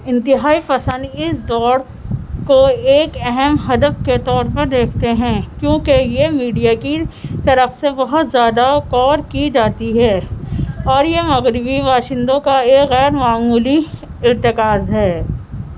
انتہاء پسند اس دوڑ کو ایک اہم ہدف کے طور پر دیکھتے ہیں کیونکہ یہ میڈیا کی طرف سے بہت زیادہ کور کی جاتی ہے اور یہ مغربی باشندوں کا ایک غیر معمولی ارتکاز ہے